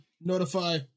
notify